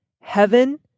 heaven